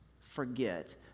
forget